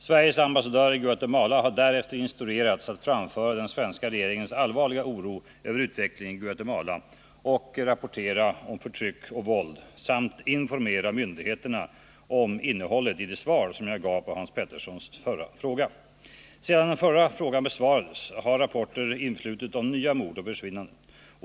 Sveriges ambassadör i Guatemala har därefter instruerats att framföra den svenska regeringens allvarliga oro över utvecklingen i Guatemala och rapportera om förtryck och våld samt informera myndigheterna om innehållet i det svar som jag gav på Hans Peterssons förra fråga. Sedan den förra frågan besvarades har rapporter influtit om nya mord och försvinnanden.